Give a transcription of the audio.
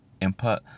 input